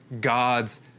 God's